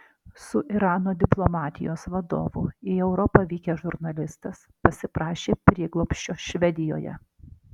su irano diplomatijos vadovu į europą vykęs žurnalistas pasiprašė prieglobsčio švedijoje